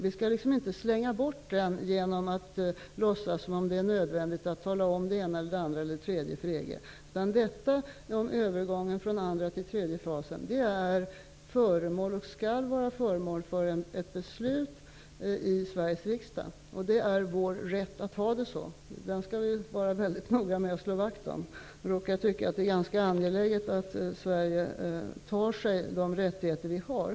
Vi skall inte slänga bort den genom att låtsas att det är nödvändigt att tala om det ena, det andra eller det tredje för EG, utan övergången från den andra till den tredje fasen är och skall vara föremål för ett beslut i Sveriges riksdag. Det är vår rätt att ha det så. Denna rätt skall vi väldigt noga slå vakt om. Jag råkar tycka att det är ganska angeläget att vi i Sverige tar oss de rättigheter som vi har.